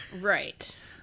Right